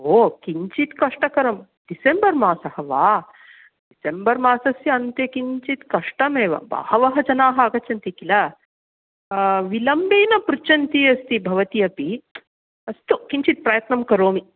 ओ किञ्चित् कष्टकरं डिसेम्बर् मासः वा डिसेम्बर् मासस्य अन्ते किञ्चित् कष्टमेव बहवः जनाः आगच्छन्ति किल विलम्बेन पृच्छन्ती अस्ति भवती अपि अस्तु किञ्चित् प्रयत्नं करोमि